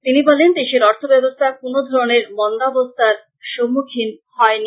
তিনি বলেন দেশের অর্থব্যবস্থা কোনো ধরনের মন্দাবস্থার সম্মখীন হয় নি